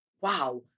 wow